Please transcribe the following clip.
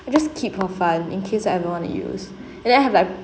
I just keep for fun in case I ever wanna use and then I have like